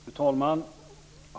Fru talman!